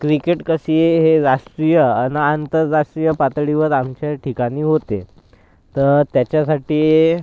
cricket कशी हे राष्ट्रीय आणि आंतराष्ट्रीय पातळीवर आमच्या ठिकाणी होते तर त्याच्यासाठी